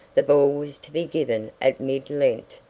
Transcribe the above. the ball was to be given at mid-lent,